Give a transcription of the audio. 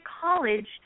college